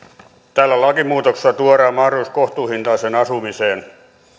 tällä lakimuutoksella tuodaan mahdollisuus kohtuuhintaiseen asumiseen